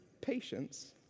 patience